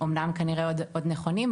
אמנם כנראה עוד נכונים,